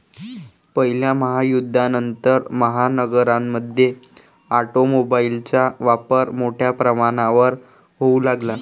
पहिल्या महायुद्धानंतर, महानगरांमध्ये ऑटोमोबाइलचा वापर मोठ्या प्रमाणावर होऊ लागला